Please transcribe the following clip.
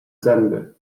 zęby